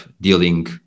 dealing